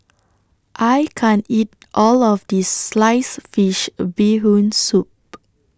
I can't eat All of This Sliced Fish Bee Hoon Soup